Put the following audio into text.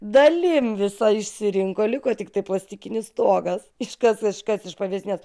dalim visa išsirinko liko tiktai plastikinis stogas iškart iškart pavėsinės